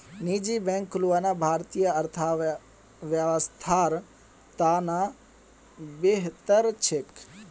निजी बैंक खुलना भारतीय अर्थव्यवस्थार त न बेहतर छेक